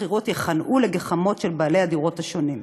השכירות ייכנעו לגחמות של בעלי הדירות השונים.